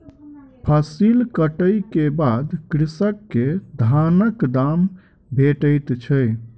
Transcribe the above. फसिल कटै के बाद कृषक के धानक दाम भेटैत छै